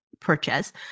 purchase